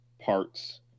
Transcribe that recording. parts